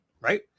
right